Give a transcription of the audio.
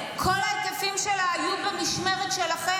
כל ההיקפים שלה היו במשמרת שלכם.